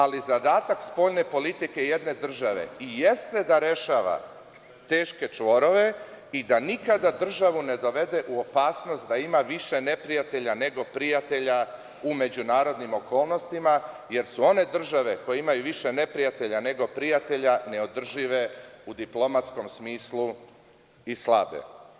Ali, zadatak spoljne politike jedne države i jeste da rešava teške čvorove i da nikada državu ne dovede u opasnost da ima više neprijatelja nego prijatelja u međunarodnim okolnostima, jer su one države koje imaju više neprijatelja nego prijatelja neodržive u diplomatskom smislu i slabe.